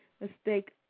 mistake